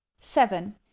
seven